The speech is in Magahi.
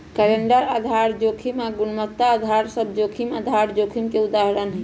कैलेंडर आधार जोखिम आऽ गुणवत्ता अधार सभ जोखिम आधार जोखिम के उदाहरण हइ